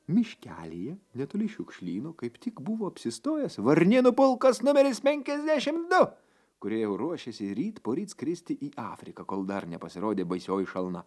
miškelyje netoli šiukšlyno kaip tik buvo apsistojęs varnėnų pulkas numeris penkiasdešim du kurie jau ruošėsi ryt poryt skristi į afriką kol dar nepasirodė baisioji šalna